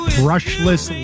brushless